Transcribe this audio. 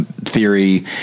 theory